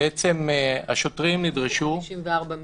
אז איך עשו 54 מיליון?